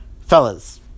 Fellas